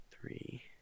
three